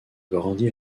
grandi